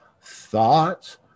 thoughts